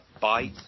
bite